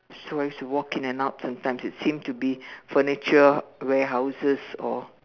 so I used to walk in and out sometimes it seemed to be furniture warehouses or